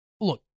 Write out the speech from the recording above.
look